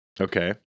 Okay